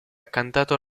cantato